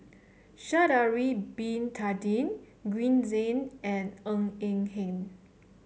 Sha'ari Bin Tadin Green Zeng and Ng Eng Hen